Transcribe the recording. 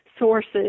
sources